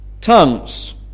tongues